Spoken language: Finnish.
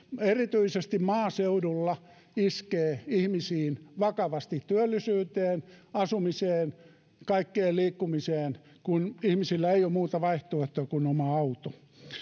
erityisesti maaseudulla iskee ihmisiin vakavasti työllisyyteen asumiseen kaikkeen liikkumiseen kun ihmisillä ei ole muuta vaihtoehtoa kuin oma auto